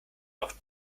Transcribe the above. auch